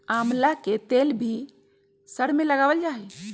आमला के तेल भी सर में लगावल जा हई